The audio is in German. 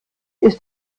ist